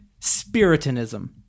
Spiritanism